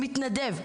מתנדב,